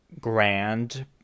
grand